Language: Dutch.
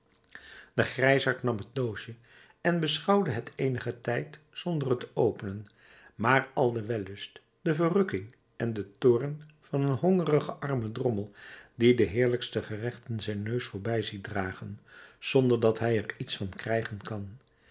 de grijsaard nam het doosje en beschouwde het eenigen tijd zonder het te openen met al den wellust de verrukking en den toorn van een hongerigen armen drommel die de heerlijkste gerechten zijn neus voorbij ziet dragen zonder dat hij er iets van krijgen kan